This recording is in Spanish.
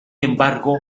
embargo